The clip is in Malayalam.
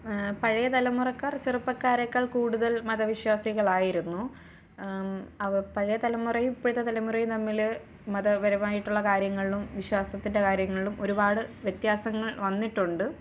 പഴയ തലമുറക്കാർ ചെറുപ്പക്കാരേക്കാൾ കൂടുതൽ മത വിശ്വാസികളായിരുന്നു അവർ പഴയ തലമുറയും ഇപ്പോഴത്തെ തലമുറയും തമ്മില് മതപരമായിട്ടുള്ള കാര്യങ്ങളിലും വിശ്വാസത്തിൻ്റെ കാര്യങ്ങളിലും ഒരുപാട് വ്യത്യാസങ്ങൾ വന്നിട്ടുണ്ട്